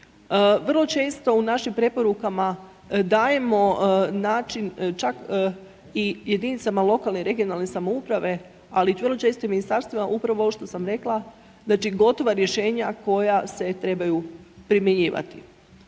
Vrlo često u našim preporukama dajemo način čak i jedinicama lokalne i regionalne samouprave, ali vrlo često i ministarstvima upravo što sam rekla. Znači gotova rješenja koja se trebaju primjenjivati.